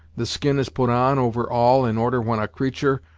the skin is put on, over all, in order when a creatur',